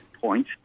point